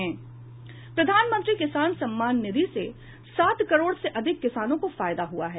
प्रधानमंत्री किसान सम्मान निधि से सात करोड़ से अधिक किसानों को फायदा हुआ है